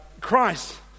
Christ